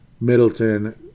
Middleton